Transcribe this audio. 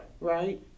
Right